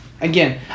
again